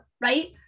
right